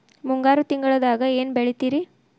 ಮುಂಗಾರು ತಿಂಗಳದಾಗ ಏನ್ ಬೆಳಿತಿರಿ?